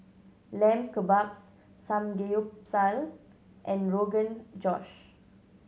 Lamb Kebabs Samgeyopsal and Rogan Josh